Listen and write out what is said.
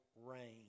rain